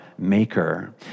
maker